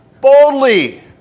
boldly